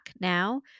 now